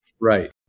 Right